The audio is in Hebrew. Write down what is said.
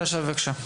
שאשא בבקשה .